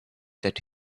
that